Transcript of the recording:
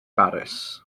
baris